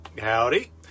howdy